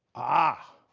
ah,